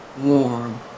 warm